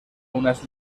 unas